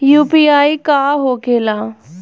UPI का होखेला?